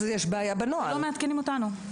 לא מעדכנים אותנו.